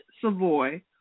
Savoy